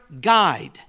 guide